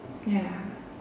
ya